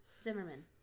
Zimmerman